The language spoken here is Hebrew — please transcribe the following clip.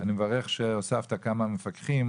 אני מברך שהוספת כמה מפקחים,